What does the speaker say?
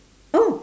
oh